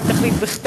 אם תחליט, בכתב.